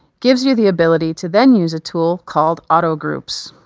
gives you the ability to then use a tool called auto-groups.